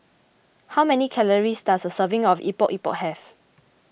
how many calories does a serving of Epok Epok have